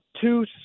two